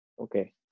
Okay